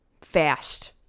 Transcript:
fast